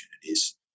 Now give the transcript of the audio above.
opportunities